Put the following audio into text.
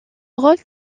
rôle